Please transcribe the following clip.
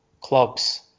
clubs